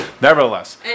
nevertheless